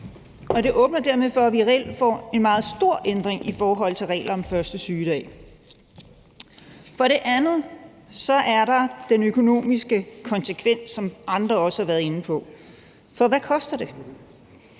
og det åbner dermed for, at vi reelt får en meget stor ændring i forhold til regler om første sygedag. For det andet er der den økonomiske konsekvens, som andre også har været inde på, for hvad koster det?